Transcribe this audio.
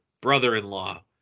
brother-in-law